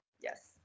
Yes